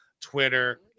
Twitter